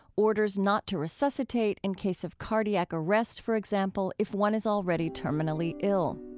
orders not to resuscitate in case of cardiac arrest, for example, if one is already terminally ill.